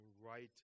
right